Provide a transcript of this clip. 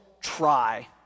try